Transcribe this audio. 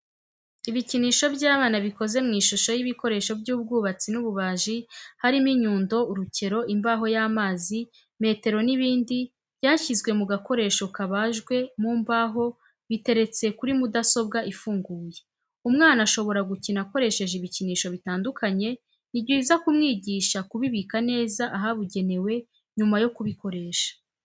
Ibikinisho by'abana bikoze mu ishusho y'ibikoresho by'ubwubatsi n'ububaji harimo inyundo, urukero, imbaho y'amazi, metero n'ibindi byashyizwe mu gakoresho kabajwe mu mbaho biteretse kuri mudasobwa ifunguye. umwana ashobora gukina akoresheje ibikinisho bitandukanye ni byiza kumwigisha kubibika neza ahabugenewe nyuma yo kubikoresha.